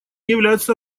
являются